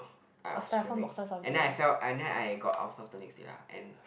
I and then I felt and then I got ulcers the next day lah and